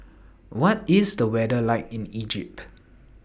What IS The weather like in Egypt